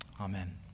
amen